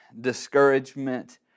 discouragement